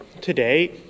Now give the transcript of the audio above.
today